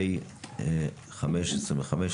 פ/5/25,